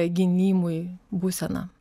gynimui būseną